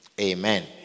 Amen